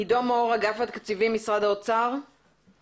עידו מור, אגף תקציבים באוצר, בבקשה.